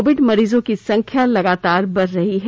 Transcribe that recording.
Covid मरीजों की संख्या लगातार बढ़ रही है